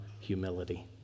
humility